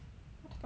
what about